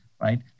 right